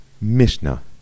Mishnah